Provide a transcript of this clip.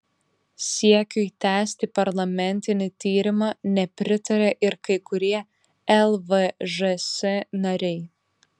siekiui tęsti parlamentinį tyrimą nepritaria ir kai kurie lvžs nariai